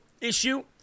issue